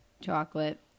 Chocolate